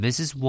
Mrs